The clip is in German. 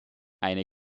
eine